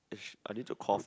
I need to cough